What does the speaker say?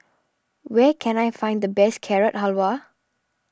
where can I find the best Carrot Halwa